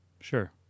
Sure